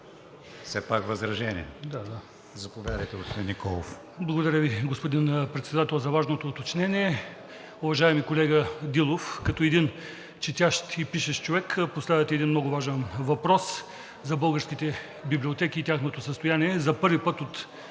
Все пак възражение. Заповядайте, господин Николов. ДИМИТЪР НИКОЛОВ (ГЕРБ-СДС): Благодаря Ви, господин Председател, за важното уточнение. Уважаеми колега Дилов, като един четящ и пишещ човек, поставяте един много важен въпрос за българските библиотеки и тяхното състояние. За първи път от